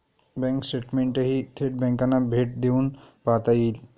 bank स्टेटमेंटही थेट बँकांना भेट देऊन पाहता येईल